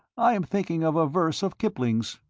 i am thinking of a verse of kipling's.